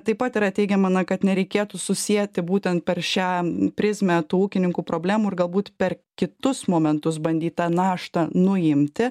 taip pat yra teigiama na kad nereikėtų susieti būtent per šią prizmę tų ūkininkų problemų ir galbūt per kitus momentus bandyt tą naštą nuimti